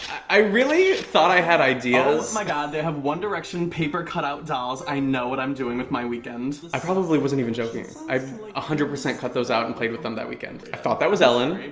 i really thought i had ideas. oh my god, they have one direction paper cut out dolls. i know what i'm doing with my weekend. i probably wasn't even joking. i a hundred percent cut those out and played with them that weekend. i thought that was ellen.